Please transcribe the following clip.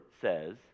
says